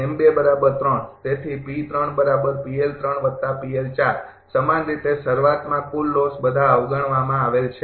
તેથી સમાન રીતે શરૂઆતમાં કુલ લોસ બધા અવગણવામાં આવેલ છે